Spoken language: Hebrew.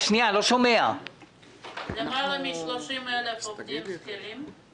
למעלה מ-30,000 עובדים שכירים